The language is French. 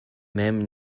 même